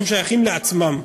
הם שייכים לעצמם,